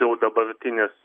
jau dabartinis